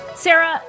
Sarah